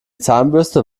zahnbürste